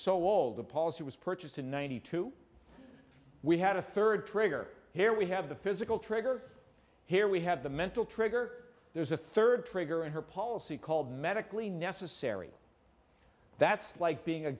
the policy was purchased in ninety two we had a third trigger here we have the physical trigger here we have the mental trigger there's a third trigger and or policy called medically necessary that's like being a